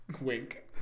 Wink